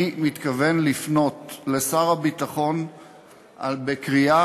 אני מתכוון לפנות לשר הביטחון בקריאה